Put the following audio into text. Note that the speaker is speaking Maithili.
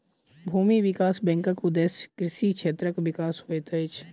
भूमि विकास बैंकक उदेश्य कृषि क्षेत्रक विकास होइत अछि